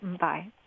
Bye